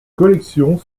collections